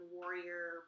warrior